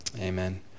Amen